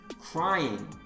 Crying